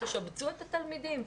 תשבצו את התלמידים.